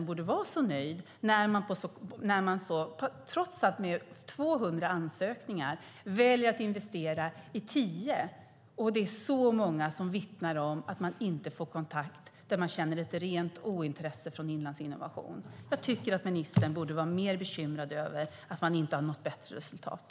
Trots att det kommit in 200 ansökningar väljer man att investera i tio företag, och det är så många som vittnar om att de inte får kontakt utan känner ett rent ointresse från Inlandsinnovation. Ministern borde vara mer bekymrad över att man inte har nått bättre resultat.